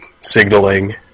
signaling